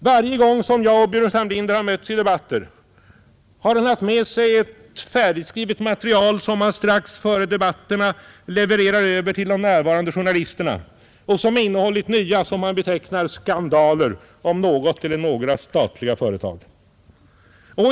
Varje gång som jag och herr Burenstam Linder mötts i debatter har han haft med sig ett färdigskrivet material, som han strax före debatterna levererat över till de närvarande journalisterna och som innehållit nya vad han betecknar som ”skandaler” om något eller några statliga företag.